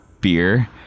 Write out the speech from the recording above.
beer